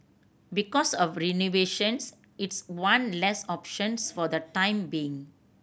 because of renovation it's one less option for the time being